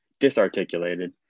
disarticulated